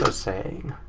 ah saying?